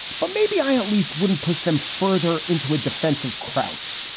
but maybe i at least wouldn't push them further into a defensive crouch,